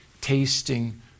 tasting